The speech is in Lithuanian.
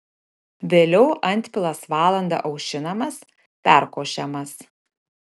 vėliau antpilas valandą aušinamas perkošiamas